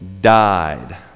died